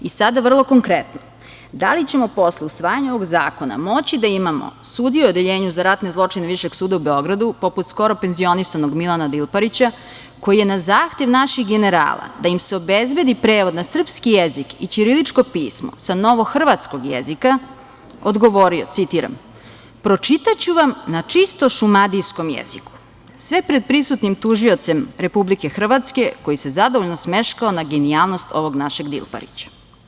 I sada, vrlo konkretno, da li ćemo posle usvajanja ovog zakona moći da imamo sudije u Odeljenju za ratne zločine Višeg suda u Beogradu, poput skoro penzionisanog Milana Dilparića koji je na zahtev naših generala da im se obezbedi prevod na srpski jezik i ćiriličko pismo sa novohrvatskog jezika odgovorio, citiram: „Pročitaću vam na čisto šumadijskom jeziku“, sve pred prisutnim tužiocem Republike Hrvatske koji se zadovoljno smeškao na genijalnost ovog našeg Dilparića?